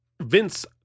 Vince